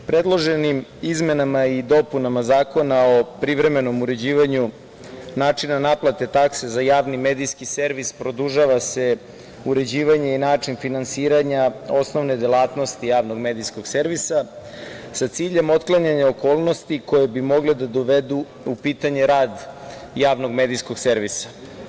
Predloženim izmenama i dopunama Zakona o privremenom uređivanju načina naplate takse za javni medijski servis, produžava se uređivanje i način finansiranja osnovne delatnosti javnog medijskog servisa, sa ciljem otklanjanja okolnosti koje bi mogle da dovedu u pitanje rad javnog medijskog servisa.